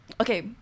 Okay